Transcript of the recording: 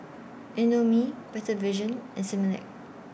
Indomie Better Vision and Similac